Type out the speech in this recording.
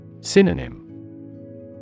Synonym